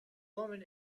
woman